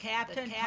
Captain